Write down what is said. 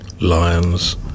lions